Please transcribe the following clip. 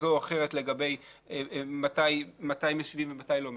כזו או אחרת לגבי מתי משיבים ומתי לא משיבים,